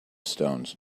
stones